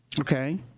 Okay